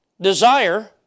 desire